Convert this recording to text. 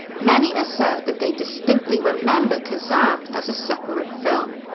many assert that they distinctly remember kazaam as a separate film.